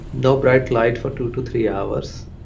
no bright light for two to three hours.